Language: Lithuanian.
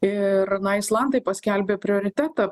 ir na islandai paskelbė prioritetą